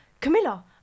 Camilla